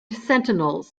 sentinels